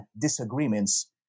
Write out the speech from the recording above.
disagreements